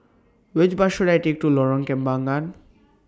Which Bus should I Take to Lorong Kembangan